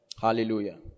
Hallelujah